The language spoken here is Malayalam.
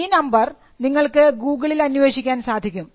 ഈ നമ്പർ നിങ്ങൾക്ക് ഗൂഗിളിൽ അന്വേഷിക്കാൻ സാധിക്കും